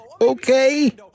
Okay